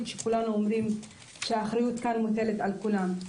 שכולנו אומרים שהאחריות כאן מוטלת על כולם.